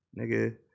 nigga